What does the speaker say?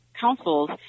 councils